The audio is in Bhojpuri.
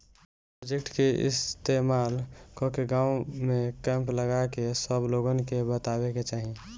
प्रोजेक्टर के इस्तेमाल कके गाँव में कैंप लगा के सब लोगन के बतावे के चाहीं